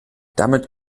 damit